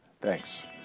Thanks